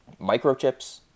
Microchips